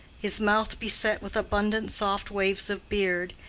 his mouth beset with abundant soft waves of beard,